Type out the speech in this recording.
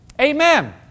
Amen